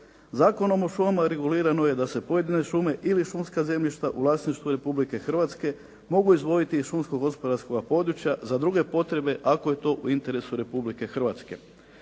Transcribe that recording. Zakonom o šumama regulirano je da se pojedine šume ili šumska zemljišta u vlasništvu Republike Hrvatske mogu izdvojiti iz šumsko-gospodarskoga područja za druge potrebe, ako je tu interesu Republike Hrvatske.